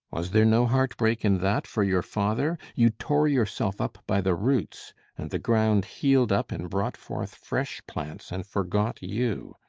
was there no heartbreak in that for your father? you tore yourself up by the roots and the ground healed up and brought forth fresh plants and forgot you.